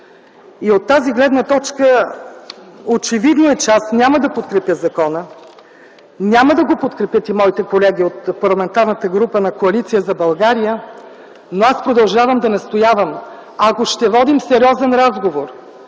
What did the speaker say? От тази гледна точка очевидно е, че аз няма да подкрепя закона, няма да го подкрепят и моите колеги от Парламентарната група на Коалиция за България, но аз продължавам да настоявам: ако ще водим сериозен разговор